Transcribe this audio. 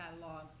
catalog